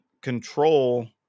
control